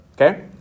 Okay